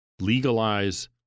legalize